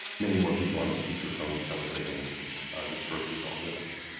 many more people on the speakerphone celebrating his first result with us.